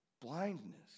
blindness